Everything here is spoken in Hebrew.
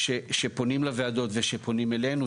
כשפונים לוועדות וכשפונים אלינו,